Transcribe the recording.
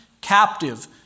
captive